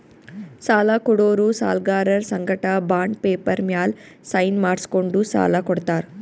ಸಾಲ ಕೊಡೋರು ಸಾಲ್ಗರರ್ ಸಂಗಟ ಬಾಂಡ್ ಪೇಪರ್ ಮ್ಯಾಲ್ ಸೈನ್ ಮಾಡ್ಸ್ಕೊಂಡು ಸಾಲ ಕೊಡ್ತಾರ್